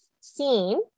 seen